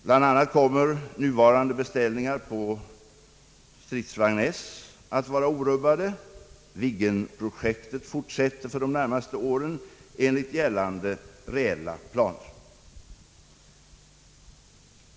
Bl.a. kommer nuvarande beställningar och stridsvagn S att vara orubbade. Viggenprojektet fortsätter för de närmaste åren enligt gällande reella planer.